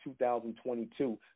2022